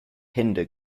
hinder